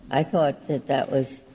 i thought that that was